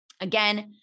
Again